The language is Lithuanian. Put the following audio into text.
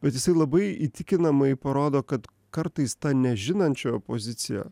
bet jisai labai įtikinamai parodo kad kartais ta nežinančiojo pozicija